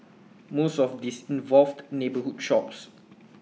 most of these involved neighbourhood shops